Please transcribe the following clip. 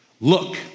Look